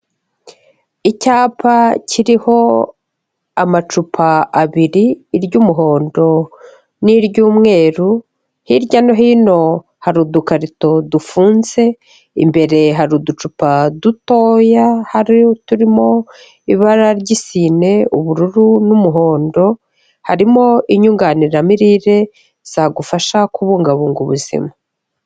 Icyapa kiriho amacupa abiri, iry'umuhondo n'iry'umweru, hirya no hino hari udukarito dufunze, imbere hari uducupa dutoya hari uturimo ibara ry'isine, ubururu n'umuhondo, harimo inyunganiramirire zagufasha kubungabunga ubuzima.